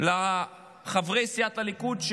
לחברי סיעת הליכוד,